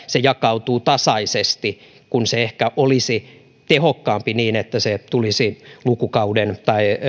se jakautuu tasaisesti kun se ehkä olisi tehokkaampi niin että se tulisi lukukauden